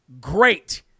great